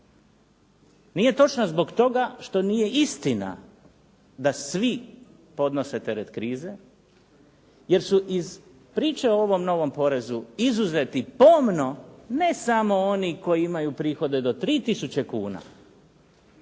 Nije točna zbog toga što nije istina da svi podnose teret krize jer su iz priče o ovom novom porezu izuzeti pomno ne samo oni koji imaju prihode do 3 tisuće